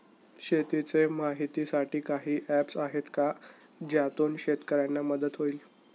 शेतीचे माहितीसाठी काही ऍप्स आहेत का ज्यातून शेतकऱ्यांना मदत होईल?